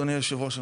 אדוני היושב ראש,